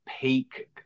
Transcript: peak